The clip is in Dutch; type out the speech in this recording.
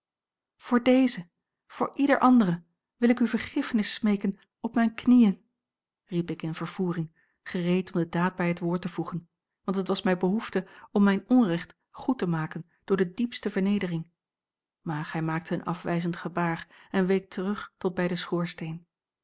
voor deze voor ieder andere wil ik u vergiffenis smeeken op mijne knieën riep ik in vervoering gereed om de daad bij het woord te voegen want het was mij behoefte om mijn onrecht goed te maken door de diepste vernedering maar hij maakte een afwijzend gebaar en week terug tot bij den schoorsteen